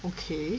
okay